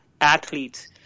athletes